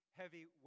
heavy